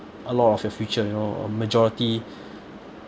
a lot of your future you know majority